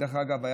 דרך אגב,